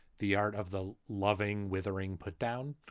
the art of the loving, withering put down,